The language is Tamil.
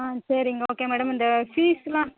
ஆ சரிங்க ஓகே மேடம் இந்த ஃபீஸ்லாம்